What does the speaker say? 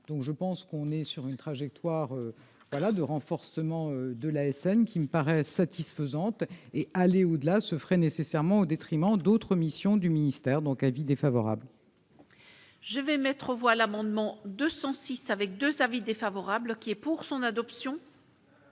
donc je pense qu'on est sur une trajectoire voilà de renforcement de l'ASN qui me paraissent satisfaisantes et aller au-delà se ferait nécessairement au détriment d'autres missions du ministère, donc avis défavorable. Je vais mettre aux voix l'amendement 206 avec 2 avis défavorables qui est pour son adoption.